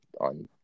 on